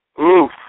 Oof